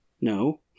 No